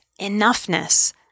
enoughness